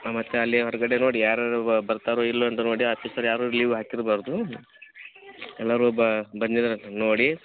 ಮತ್ತು ಅಲ್ಲಿ ಹೊರ್ಗಡೆ ನೋಡಿ ಯಾರ್ಯಾರು ಬರ್ತಾರೋ ಇಲ್ಲ ಅಂತ ನೋಡಿ ಆಫೀಸರ್ ಯಾರು ಲೀವ್ ಹಾಕಿರ್ಬಾರದು ಎಲ್ಲರು ಬಂದಿದ್ದಾರ ನೋಡಿ